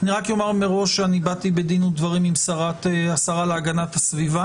ואומר מראש שבאתי בדין ודברים עם השרה להגנת הסביבה